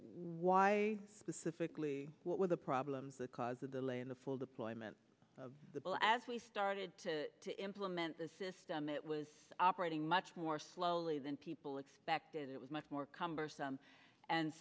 why specifically what were the problems that caused the delay in the full deployment of the bill as we started to to implement the system it was operating much more slowly than people expected it was much more cumbersome